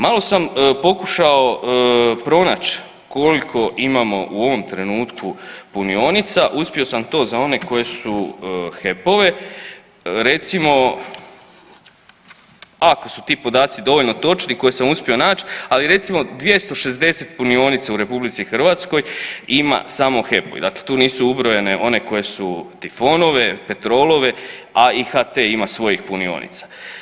Malo sam pokušao pronać koliko imamo u ovom trenutku punionica, uspio sam to za one koji su HEP-ove, recimo ako su ti podaci dovoljno točni koje sam uspio nać, ali recimo 260 punionica u RH ima samo HEP-ovih, dakle tu nisu ubrojene one koje su Tifonove, Petrolove, a i HT ima svojih punionica.